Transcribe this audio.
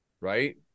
Right